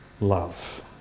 love